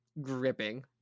gripping